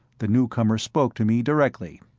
the newcomer spoke to me directly